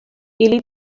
ili